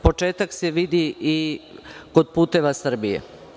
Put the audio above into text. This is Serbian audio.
Početak se vidi i kod "Puteva Srbije"